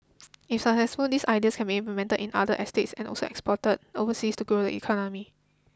if successful these ideas can be implemented in other estates and also exported overseas to grow the economy